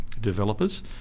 developers